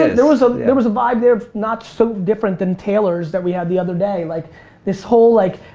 there was ah there was a vibe there not so different than taylor's, that we had the other day. like this whole, like,